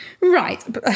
Right